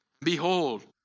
Behold